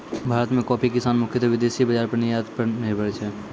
भारत मॅ कॉफी किसान मुख्यतः विदेशी बाजार पर निर्यात पर निर्भर छै